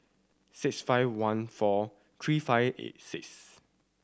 six five one four three five eight six